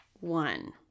one